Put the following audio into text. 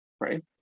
right